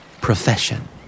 Profession